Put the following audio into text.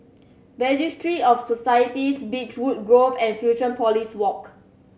Registry of Societies Beechwood Grove and Fusionopolis Walk